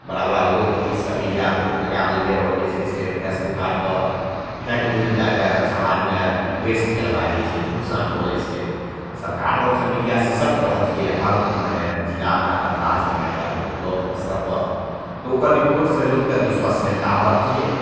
बड़ा बड़ा उद्योगपतिसभ मीडिआ लगै देलकै आओर जे छै से फेसबुक आओरपर फेक न्यूज दैके समाजमे द्वेष फैलबै दै छै झूठ सच बोलै छै सरकार तरफसे मीडिआ सशक्त रहतिए हर मने जिलामे हर राज्यमे हर ब्लॉक अस्तरपर तऽ ओकर रिपोर्टसे लोकके विश्वसनीयता बढ़तिए